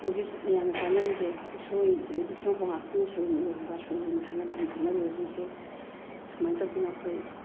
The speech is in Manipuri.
ꯍꯧꯖꯤꯛ ꯃꯌꯥꯝꯅ ꯆꯥꯟꯅꯔꯤꯁꯦ ꯎꯁꯣꯏ ꯁꯤꯗꯒꯤ ꯁꯦꯝꯃꯛꯄ ꯉꯥꯛꯇꯅꯤ ꯁꯣꯏꯕꯨꯝ ꯏꯔꯣꯝꯕ ꯁꯣꯏꯖꯤꯟ ꯍꯥꯏꯗꯅ ꯃꯌꯥꯝ ꯊꯣꯛꯅꯔꯤꯕꯁꯤꯡꯁꯦ ꯁꯨꯃꯥꯏꯅ ꯇꯧꯗꯅ ꯑꯩꯈꯣꯏ